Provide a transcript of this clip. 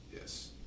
Yes